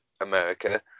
America